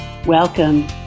Welcome